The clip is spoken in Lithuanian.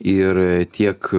ir tiek